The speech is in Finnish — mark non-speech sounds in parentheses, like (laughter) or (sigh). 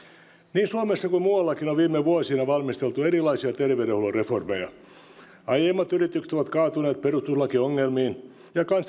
niin suomessa kuin muuallakin on viime vuosina valmisteltu erilaisia terveydenhuollon reformeja aiemmat yritykset ovat kaatuneet perustuslakiongelmiin ja kansalaisten hämmennys on (unintelligible)